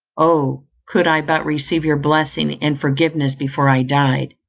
oh could i but receive your blessing and forgiveness before i died,